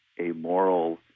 amoral